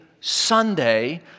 Sunday